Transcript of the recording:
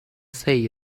say